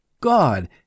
God